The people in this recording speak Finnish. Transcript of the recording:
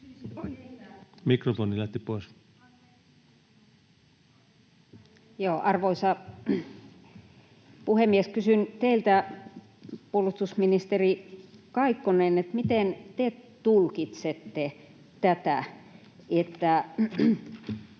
Mikrofoni lähti pois.] Arvoisa puhemies! Kysyn teiltä, puolustusministeri Kaikkonen, miten te tulkitsette tätä, että